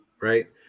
right